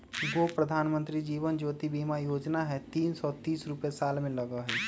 गो प्रधानमंत्री जीवन ज्योति बीमा योजना है तीन सौ तीस रुपए साल में लगहई?